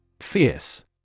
Fierce